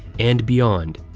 and beyond.